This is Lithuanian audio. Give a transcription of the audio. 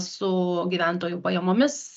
su gyventojų pajamomis